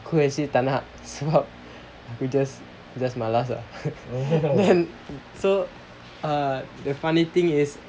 aku actually tak nak sebab aku just just malas ah then so uh the funny thing is